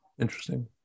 interesting